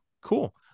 cool